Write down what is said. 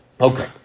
Okay